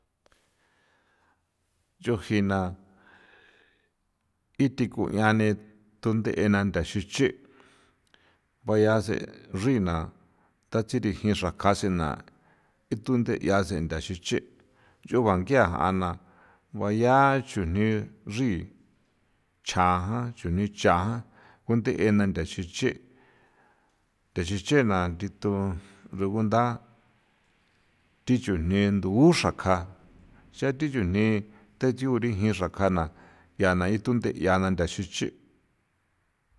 Ncho jina ithi ku'iane ni thunde'e na ndaxi chi' baya' se rina tatsi rijin xraka sena ithu nde'ia sentha sichi' chuba ngia' a na baya chujni xri chjan jan, chujni cha jan kunde' ena ndaxi chi' che ndexi chena ndithu rugunda thi chujni ndu xraka xra thi chujni thatsigu rijin xraka na ya na ithunde 'ia na ndaxi chi'.